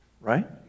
Right